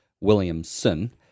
Williamson –